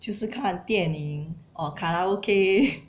就是看电影 or karaoke